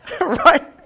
Right